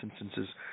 instances